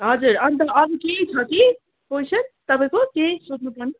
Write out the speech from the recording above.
हजुर अन्त अरू केही छ कि क्वैसन तपाईँको केही सोध्नुपर्ने